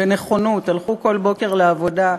בנכונות הלכו כל בוקר לעבודה,